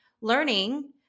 learning